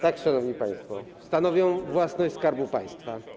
Tak, szanowni państwo, stanowią własność Skarbu Państwa.